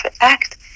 Act